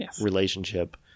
relationship